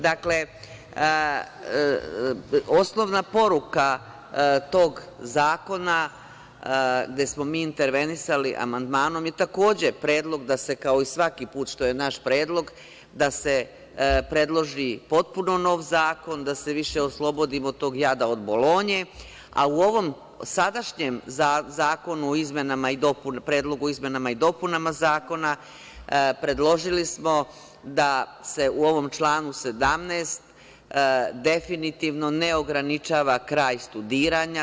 Dakle, osnovna poruka tog zakona gde smo mi intervenisali amandmanom je takođe predlog da se kao i svaki put što je naš predlog, da se predloži potpuno nov zakon, da se više oslobodimo tog jada od Bolonje, a u ovom sadašnjem zakonu o izmenama i dopunama, predlogu o izmenama i dopunama zakona, predložili smo da se u ovom članu 17. definitivno ne ograničava kraj studiranja.